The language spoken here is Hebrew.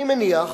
אני מניח